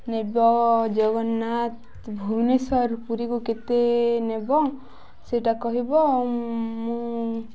ନେବ ଜଗନ୍ନାଥ ଭୁବନେଶ୍ୱର ପୁରୀକୁ କେତେ ନେବ ସେଇଟା କହିବ ମୁଁ